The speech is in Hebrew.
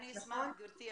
גברתי,